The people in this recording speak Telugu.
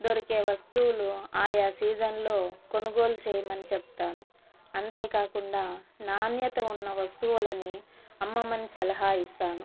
దొరికే వస్తువులు ఆయా సీజన్లో కొనుగోలు చేయమని చెప్తాను అంతేకాకుండా నాణ్యత ఉన్న వస్తువులని అమ్మమని సలహా ఇస్తాను